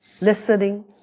Listening